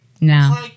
No